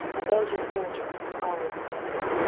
a belgian soldier always smiles.